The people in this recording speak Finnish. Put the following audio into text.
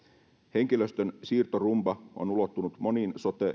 henkilöstön siirtorumba on ulottunut moniin sote